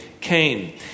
Cain